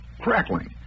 crackling